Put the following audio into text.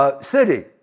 city